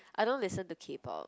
I don't listen to K-Pop